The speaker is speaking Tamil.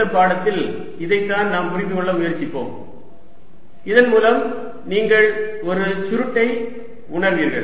இந்த பாடத்தில் இதைத்தான் நாம் புரிந்துகொள்ள முயற்சிப்போம் இதன் மூலம் நீங்கள் ஒரு சுருட்டை உணர்வீர்கள்